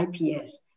IPS